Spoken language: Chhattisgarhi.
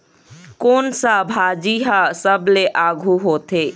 कोन सा भाजी हा सबले आघु होथे?